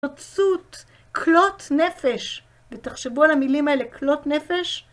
אפסות, כלות נפש, ותחשבו על המילים האלה, כלות נפש.